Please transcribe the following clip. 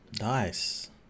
nice